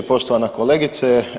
Poštovana kolegice.